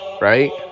right